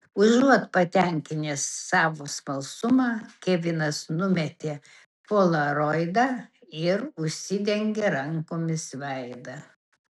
užuot patenkinęs savo smalsumą kevinas numetė polaroidą ir užsidengė rankomis veidą